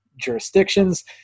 jurisdictions